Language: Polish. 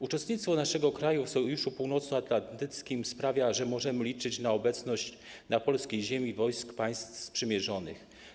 Uczestnictwo naszego kraju w Sojuszu Północnoatlantyckim sprawia, że możemy liczyć na obecność na polskiej ziemi wojsk państw sprzymierzonych.